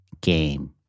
game